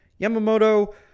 Yamamoto